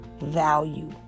value